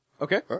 Okay